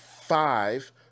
five